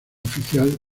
oficial